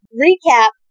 recap